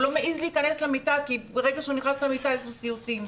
הוא לא מעז להיכנס למיטה כי ברגע שהוא נכנס למיטה יש לו סיוטים.